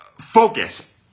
Focus